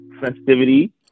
festivity